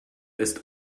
ist